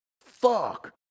Fuck